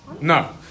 No